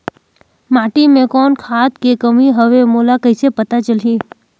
माटी मे कौन खाद के कमी हवे मोला कइसे पता चलही?